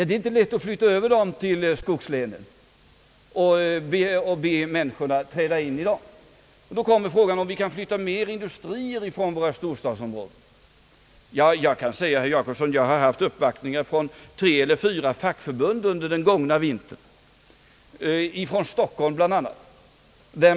Det är inte lätt att flytta över dem till skogslänen och be människorna träda i tjänst där. Då uppstår frågan om vi kan flytta fler industrier från våra storstadsområden. Jag kan tala om för herr Jacobsson att jag under den gångna vintern har haft uppvaktningar från tre eller fyra fackförbund, bl.a. från Stockholm.